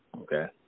Okay